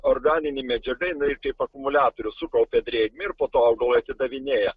organinė medžiaga jinai kaip akumuliatorius sukaupia drėgmę ir po to augalui atidavinėja